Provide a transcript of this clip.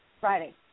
Friday